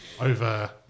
over